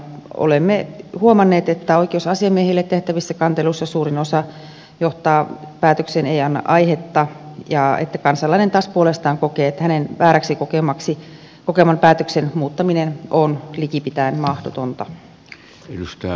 olemme huomanneet että oikeusasiamiehille tehtävistä kanteluista suurin osa johtaa päätökseen ei anna aihetta ja että kansalainen taas puolestaan kokee että hänen vääräksi kokemansa päätöksen muuttaminen on likipitäen mahdotonta